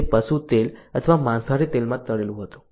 જે પશુ તેલ અથવા માંસાહારી તેલમાં તળેલું હતું